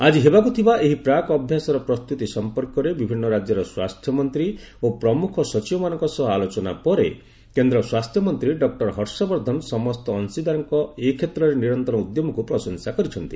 ଆଜି ହେବାକୁ ଥିବା ଏହି ପ୍ରାକ୍ ଅଭ୍ୟାସର ପ୍ରସ୍ତୁତି ସମ୍ପର୍କରେ ବିଭିନ୍ନ ରାଜ୍ୟର ସ୍ୱାସ୍ଥ୍ୟମନ୍ତ୍ରୀ ଓ ପ୍ରମୁଖ ସଚିବମାନଙ୍କ ସହ ଆଲୋଚନା ପରେ କେନ୍ଦ୍ର ସ୍ୱାସ୍ଥ୍ୟମନ୍ତ୍ରୀ ଡକ୍ଟର ହର୍ଷବର୍ଦ୍ଧନ ସମସ୍ତ ଅଂଶୀଦାରଙ୍କ ଏକ୍ଷେତ୍ରରେ ନିରନ୍ତର ଉଦ୍ୟମକୁ ପ୍ରଶଂସା କରିଛନ୍ତି